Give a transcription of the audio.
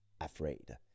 afraid